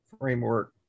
framework